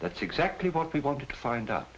that's exactly what we wanted to find out